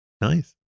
nice